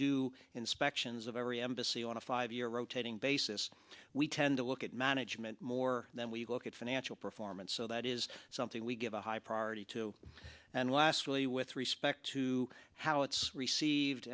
do inspections of every embassy on a five year rotating basis we tend to look at management more than we look at financial performance so that is something we give a high priority to and lastly with respect to how it's received